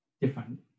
different